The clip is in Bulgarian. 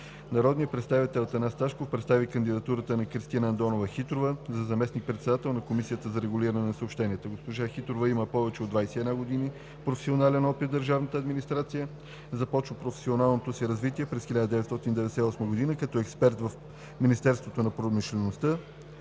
Народният представител Атанас Ташков представи кандидатурата на Кристина Андонова-Хитрова за заместник-председател на Комисията за регулиране на съобщенията. Госпожа Хитрова има повече от 21 години професионален опит в държавната администрация. Започва професионалното си развитие през 1998 г. като експерт в Министерството на промишлеността,